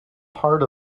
heart